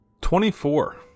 Twenty-four